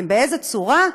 ובאיזו צורה,